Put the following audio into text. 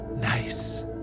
Nice